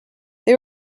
they